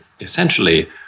essentially